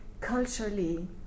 culturally